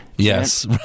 Yes